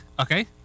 okay